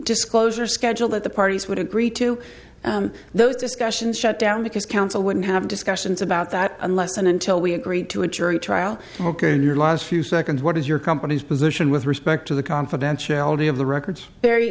disclosure schedule that the parties would agree to those discussions shut down because council wouldn't have discussions about that unless and until we agreed to a jury trial ok in your last few seconds what is your company's position with respect to the confidentiality of the records very